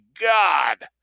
God